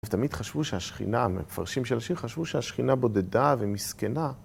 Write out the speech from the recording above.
תמיד חשבו שהשכינה, מפרשים של השיר חשבו שהשכינה בודדה ומסכנה